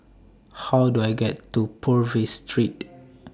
How Do I get to Purvis Street